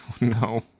no